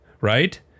right